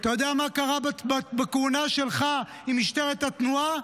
אתה יודע מה קרה בכהונה שלך עם משטרת התנועה?